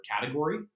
category